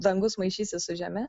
dangus maišysis su žeme